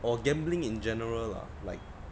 or gambling in general lah like